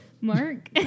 Mark